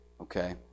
okay